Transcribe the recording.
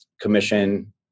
commission